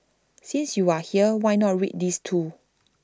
since you are here why not read these too